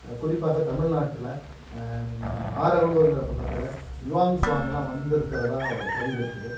குறிப்பாக தமிழ்நாட்டுல ஆறகலூருங்கின்ற பக்கத்தில் யுவான் சுவாங்லாம் வந்துருக்கிறதா பதிவு இருக்குது